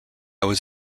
was